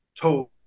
told